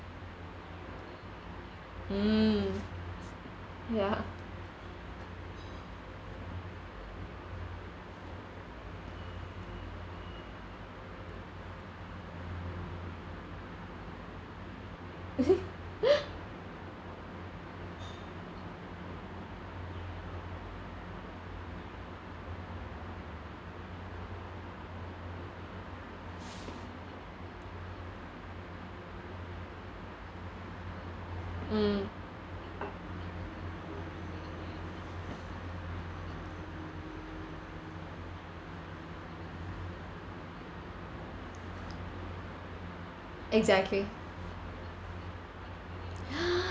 mm ya mm exactly